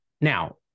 Now